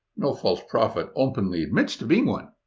no false prophet openly admits to being one.